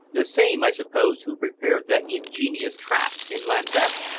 the same, i suppose, who prepared that ingenious trap in lambeth?